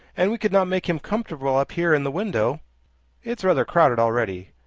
and we could not make him comfortable up here in the window it's rather crowded already.